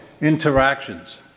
interactions